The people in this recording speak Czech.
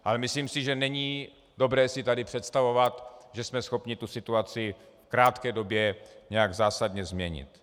Ale myslím si, že není dobré si tady představovat, že jsme schopni tu situaci v krátké době nějak zásadně změnit.